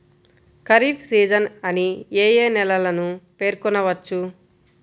Kharif season అని ఏ ఏ నెలలను పేర్కొనవచ్చు?